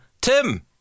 Tim